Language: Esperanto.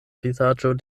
vizaĝon